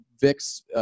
VIX